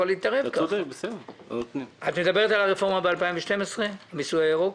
את מדברת על הרפורמה ב-2012, המיסוי הירוק?